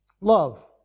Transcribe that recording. Love